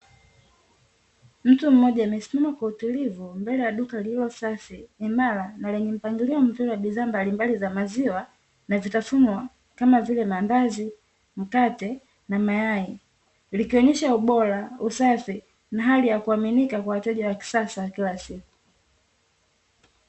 Mtu mmoja amesimama kwa utulivu, mbele ya duka lililo safi, imara na lenye mpangilio mzuri wa bidhaa mbalimbali za maziwa, na vitafunwa kama vile maandazi, mkate na mayai. Likionyesha ubora, usafi na hali ya kuaminika, kwa wateja wa kisasa wa kila siku.